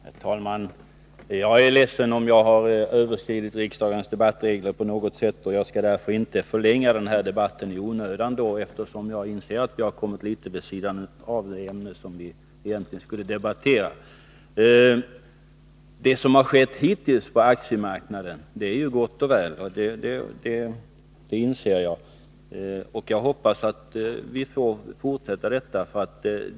Herr talman! Jag är ledsen om jag överskridit riksdagens debattregler. Jag skall inte förlänga den här debatten i onödan och förstår ju att jag kommit litet vid sidan av det ämne som vi egentligen skulle debattera. Jag inser att det är gott och väl när det gäller utvecklingen hittills på aktiemarknaden, och jag hoppas på en fortsättning i det avseendet.